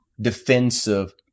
defensive